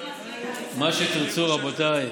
מה שתרצו, רבותיי.